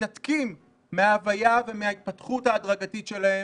מתנתקים מההוויה ומההתפתחות ההדרגתית שלהם,